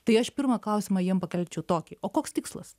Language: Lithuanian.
tai aš pirmą klausimą jiem pakelčiau tokį koks tikslas